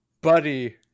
Buddy